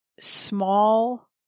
small